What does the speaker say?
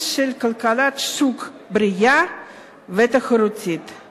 לאומי), התשע"ב 2011, נתקבלה.